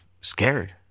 scared